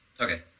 Okay